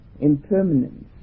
impermanence